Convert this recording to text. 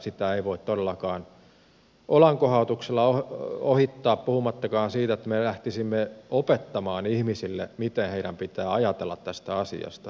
sitä ei voi todellakaan olankohautuksella ohittaa puhumattakaan siitä että me lähtisimme opettamaan ihmisille miten heidän pitää ajatella tästä asiasta